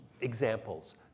Examples